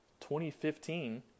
2015